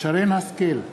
שרן השכל,